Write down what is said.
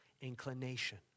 inclination